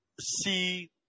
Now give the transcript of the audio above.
see